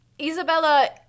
Isabella